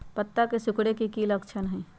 पत्ता के सिकुड़े के की लक्षण होइ छइ?